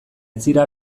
etzira